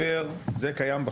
אם אתם מתנגדים לחוק הזה,